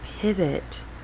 pivot